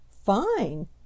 Fine